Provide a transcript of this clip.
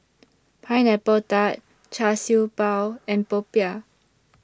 Pineapple Tart Char Siew Bao and Popiah